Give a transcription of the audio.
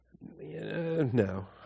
no